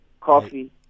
coffee